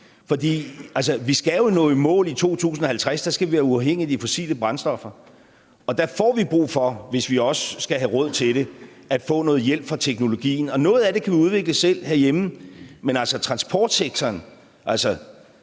vi skal jo nå i mål i 2050, hvor vi skal være uafhængige af de fossile brændstoffer, og der får vi brug for, hvis vi også skal have råd til det, at få noget hjælp fra teknologien. Noget af det kan vi udvikle selv herhjemme, men i forhold til transportsektoren